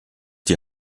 die